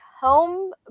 home